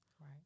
Right